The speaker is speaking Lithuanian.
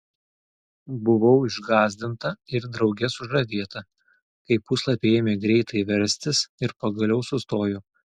buvau išgąsdinta ir drauge sužavėta kai puslapiai ėmė greitai verstis ir pagaliau sustojo